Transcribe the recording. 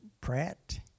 Pratt